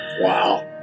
Wow